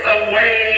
away